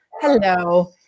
Hello